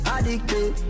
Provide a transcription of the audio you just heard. Addicted